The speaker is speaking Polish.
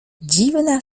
dziwna